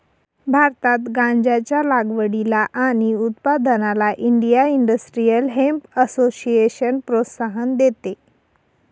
भारतात गांज्याच्या लागवडीला आणि उत्पादनाला इंडिया इंडस्ट्रियल हेम्प असोसिएशन प्रोत्साहन देते